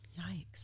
Yikes